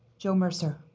joe mercer.